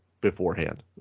beforehand